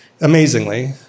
amazingly